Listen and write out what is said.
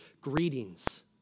greetings